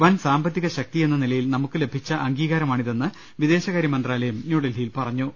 വൻ സാമ്പത്തിക ശക്തിയെന്ന നിലയിൽ നമുക്ക് ലഭിച്ച അംഗീ കാരമാണിതെന്ന് വിദേശകാര്യമന്ത്രാലയം ന്യൂഡൽഹിയിൽ പറഞ്ഞു